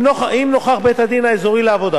אם נוכח בית-הדין האזורי לעבודה